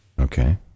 Okay